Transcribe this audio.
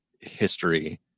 history